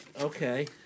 Okay